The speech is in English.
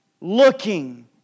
Looking